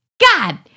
God